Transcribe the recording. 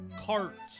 carts